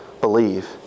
Believe